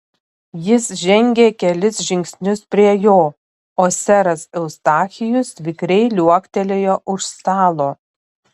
jis žengė kelis žingsnius prie jo o seras eustachijus vikriai liuoktelėjo už stalo